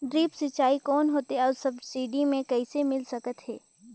Drip सिंचाई कौन होथे अउ सब्सिडी मे कइसे मिल सकत हे?